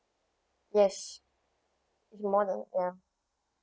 yes is more than ya